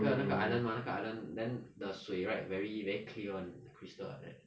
那个那个 island mah 那个 island then the 水 right very very clear and crystal like that